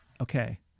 okay